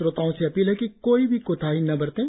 श्रोताओं से अपील है कि कोई भी कोताही न बरतें